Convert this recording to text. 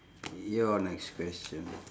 your next question